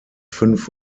fünf